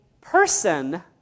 person